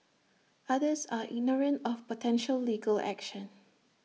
others are ignorant of potential legal action